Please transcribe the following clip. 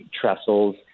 trestles